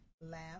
laugh